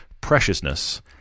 preciousness